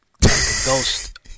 Ghost